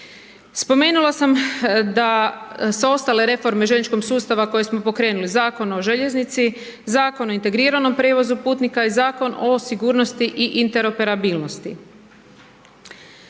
Spomenula sam da sve ostale reforme željezničkog sustava koje smo pokrenuli, Zakon o željeznici, Zakon o integriranom prijevozu putnika i Zakon o sigurnosti i interoperabilnosti.